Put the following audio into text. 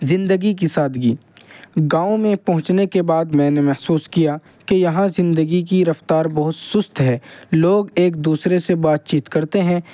زندگی کی سادگی گاؤں میں پہنچنے کے بعد میں نے محسوس کیا کہ یہاں زندگی کی رفتار بہت سست ہے لوگ ایک دوسرے سے بات چیت کرتے ہیں